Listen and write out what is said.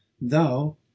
thou